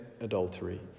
adultery